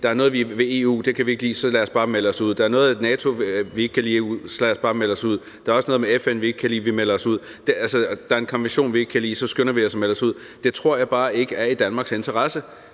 der er noget ved EU, som vi ikke kan lide, så lad os bare melde os ud; der er noget ved NATO, vi ikke kan lide, så lad os bare melde os ud; der er også noget ved FN, vi ikke kan lide, så melder vi os ud; og er der en konvention, vi ikke kan lide, skynder vi os at melde os ud. Jeg tror bare ikke, at det er i Danmarks interesse